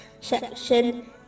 section